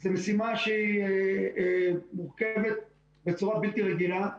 זו משימה מורכבת בצורה בלתי רגילה.